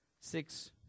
six